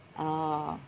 orh